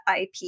IP